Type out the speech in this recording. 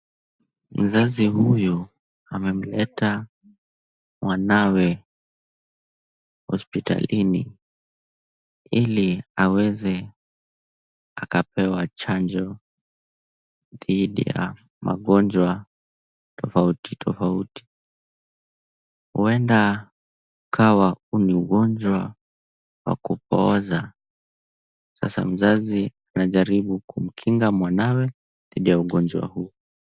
Mzazi huyu amemleta mwanawe hospitalini ili aweze akapewa chanjo dhidi ya magonjwa tofauti tofauti. Huenda ukawa huu ni ugonjwa wa kupooza, sasa mzazi anajaribu kumkinga mwanawe dhidi ya ugonjwa huu.